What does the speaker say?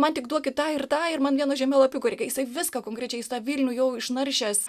man tik duokit tą ir tą ir man vieno žemėlapiuko reikia jisai viską konkrečiai jis vilnių jau išnaršęs